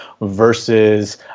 versus